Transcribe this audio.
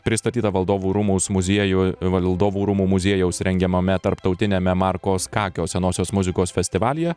pristatyta valdovų rūmų muziejų valdovų rūmų muziejaus rengiamame tarptautiniame marko skakio senosios muzikos festivalyje